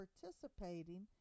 participating